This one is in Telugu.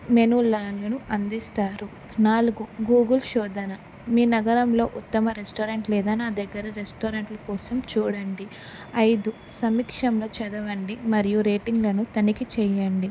మెనూలను అందిస్తారు నాలుగు గూగుల్ శోధన మీ నగరంలో ఉత్తమ రెస్టారెంట్ లేదా నా దగ్గర రెస్టారెంట్ల కోసం చూడండి ఐదు సమీక్షంలో చదవండి మరియు రేటింగ్లను తనిఖీ చేయండి